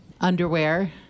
underwear